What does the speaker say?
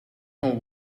know